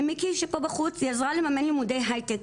למיקי שפה בחוץ היא עזרה לממן לימודי הייטק.